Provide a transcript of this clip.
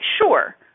sure